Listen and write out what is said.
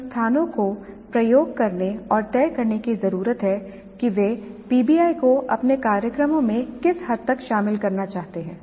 संस्थानों को प्रयोग करने और तय करने की जरूरत है कि वे पीबीआई को अपने कार्यक्रमों में किस हद तक शामिल करना चाहते हैं